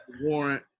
warrant